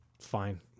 Fine